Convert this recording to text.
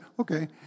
okay